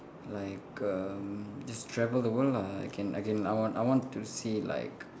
like um just travel the world lah I can I can I want I want to see like